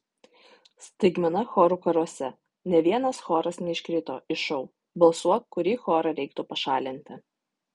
staigmena chorų karuose nė vienas choras neiškrito iš šou balsuok kurį chorą reiktų pašalinti